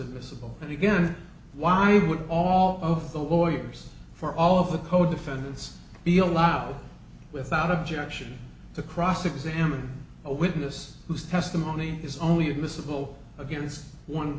admissible and again why would all of the lawyers for all of the co defendants be allowed without objection to cross examine a witness whose testimony is only admissible against one